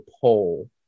pole